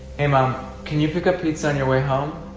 hey mom, can you pick up pizza on your way home?